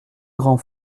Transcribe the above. grand